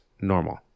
normal